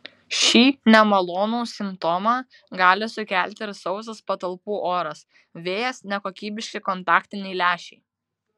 šį nemalonų simptomą gali sukelti ir sausas patalpų oras vėjas nekokybiški kontaktiniai lęšiai